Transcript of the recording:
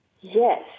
Yes